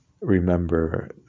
remember